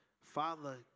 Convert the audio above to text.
Father